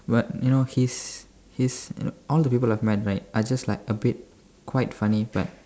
but you know he's he's you know all the people I've met right are just like a bit quite funny but